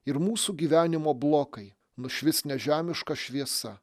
ir mūsų gyvenimo blokai nušvis nežemiška šviesa